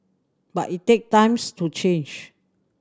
but it take times to change